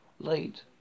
Late